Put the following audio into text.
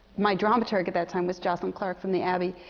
my dramaturg at that time was jocelyn clark, from the abbey.